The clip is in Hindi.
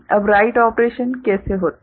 अब राइट ऑपरेशन कैसे होता है